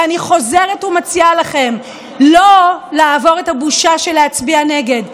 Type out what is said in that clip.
ואני חוזרת ומציעה לכם לא לעבור את הבושה של להצביע נגד.